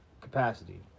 capacity